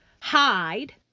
hide